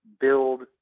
build